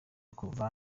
kuva